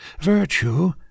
Virtue